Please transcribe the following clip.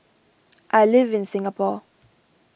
I live in Singapore